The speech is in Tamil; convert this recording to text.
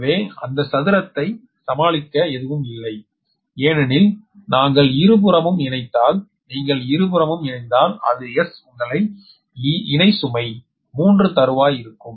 எனவே அந்த சதுரத்தை சமாளிக்க எதுவும் இல்லை ஏனெனில் நாங்கள் இருபுறமும் இணைந்தால் நீங்கள் இருபுறமும் இணைந்தால் அது S உங்கள் இணை சுமை 3 தறுவாய் இருக்கும்